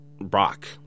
Brock